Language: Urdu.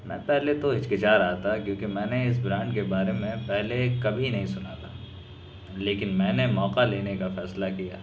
میں پہلے تو ہچکچا رہا تھا کیونکہ میں نے اس برانڈ کے بارے میں پہلے کبھی نہیں سنا تھا لیکن میں نے موقعہ لینے کا فیصلہ کیا